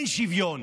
שאין שוויון.